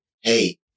hey